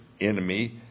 enemy